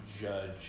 judge